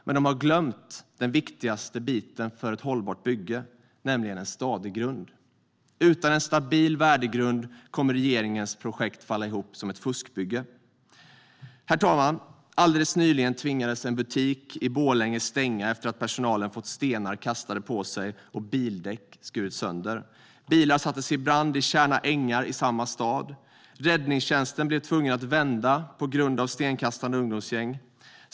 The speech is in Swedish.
Men de har glömt den viktigaste biten för ett hållbart bygge, nämligen en stadig grund. Utan en stabil värdegrund kommer regeringens projekt att falla ihop som ett fuskbygge. Herr talman! Alldeles nyligen tvingades en butik i Borlänge stänga efter att personalen fått stenar kastade på sig och bildäck sönderskurna. Bilar sattes i brand i Tjärna ängar i samma stad. Räddningstjänsten tvingades vända på grund av stenkastande ungdomsgäng.